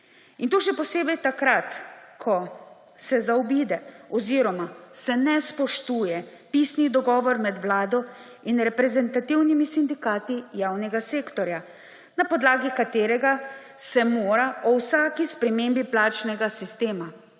in to še posebej takrat, ko se zaobide oziroma se ne spoštuje pisni dogovor med Vlado in reprezentativnimi sindikati javnega sektorja, na podlagi katerega se mora o vsaki spremembi plačnega sistema